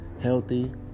healthy